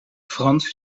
frans